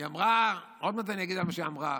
היא אמרה, עוד מעט אני אגיד מה שהיא אמרה.